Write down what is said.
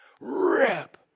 Rip